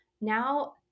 now